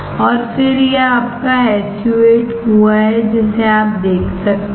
और फिर यह आपका SU 8 कुआं है जिसे आप देख सकते हैं